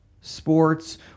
sports